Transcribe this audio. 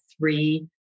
three